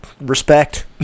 respect